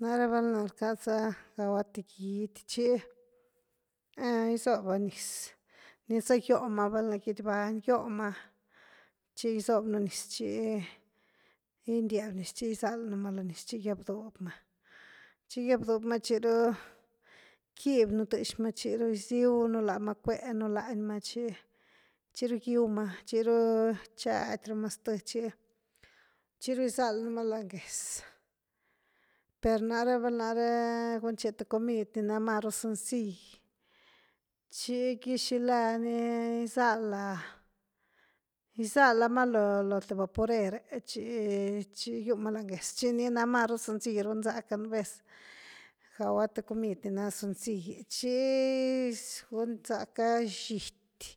Nare valna kaz>a gaua thy guidy chi gy zoo’ba niz nikza yoo’ma valna guidy vaany yoo’ma chi gy zoobnu niz chi, gyndiaby niz chi gyzalnuma lo niz chi gyab duubima chi-gyab duubima chi ruu’ quibinu thshma chi ruu’ gysi>unulama cuenu lanyma chi-chi ruu’ gi>úma’ chi ruu’ chadima zth chi-chi ruu’ gyzalnuma laany gez, per nare val nare gunchea thy comid ni na maru sencill chi qui shilaa ni gyzalaa-gyzalaama lo-lo thy vaporere’ chi-chi gyumaa’ laany gez, chi ni na maru sencill runzaka nu vez gaua thy comid ni na sencilli’ chi gun zaka xity,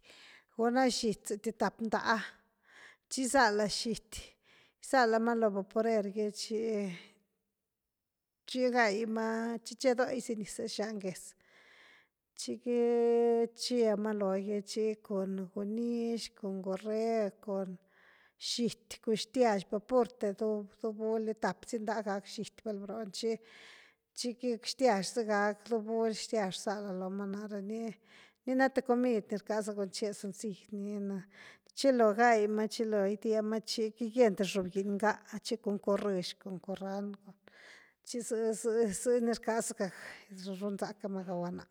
guna xity z>thy tapndaa’ chi gyzalaa’ xity gyzalama’ lo vaporergy chi-chi gaima’ chi che doisi nize shan gez, chiqui cheema logy chi cuan gunish cuan gureg cun xity cun xtiash per purte dubulni tap sinda’ gakny xity val broo’ny, chiqui xtiash z>igaa’ dubul xtiash rsalda looma nare ni-ni na thy comid ni rkaza gunchea sencilli’ ni na, chi lo gaaima chi lo gydiema’ chiqui gyeni’ thy shob>gyni’ ngaa’ chi cun currysh cun currand cun chi ze-ze-ze nirkazaa’ cka gunzakama gaua na’.